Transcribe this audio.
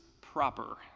proper